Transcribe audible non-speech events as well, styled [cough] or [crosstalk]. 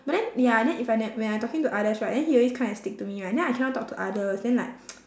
but then ya then if I ne~ when I talking to others right then he always come and stick to me right then I cannot talk to others then like [noise]